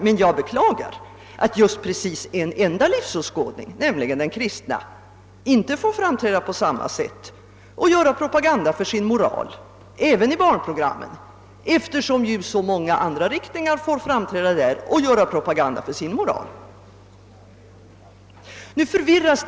Men jag beklagar att just en enda livsåskådning, nämligen den kristna, inie får framträda på samma sätt som så många andra riktningar och göra propaganda för sin moral, även i barnprogram.